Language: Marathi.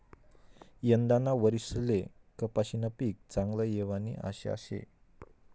यंदाना वरीसले कपाशीनं पीक चांगलं येवानी आशा शे